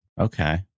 okay